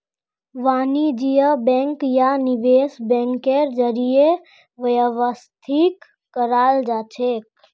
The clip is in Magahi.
वाणिज्य बैंक या निवेश बैंकेर जरीए व्यवस्थित कराल जाछेक